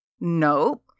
Nope